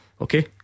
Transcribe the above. Okay